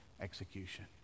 execution